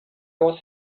was